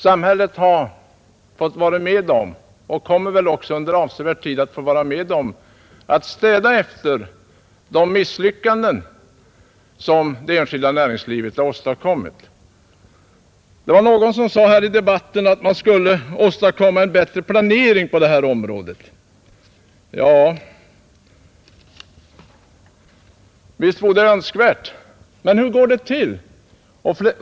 Samhället har fått vara med om och kommer väl också under avsevärd tid att få vara med om att städa efter de misslyckanden som det enskilda näringslivet har åstadkommit. Någon sade här i debatten att man skulle åstadkomma en bättre planering på detta område. Ja, visst vore det önskvärt, men hur går det till?